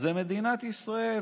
זה מדינת ישראל.